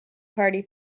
party